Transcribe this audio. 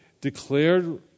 declared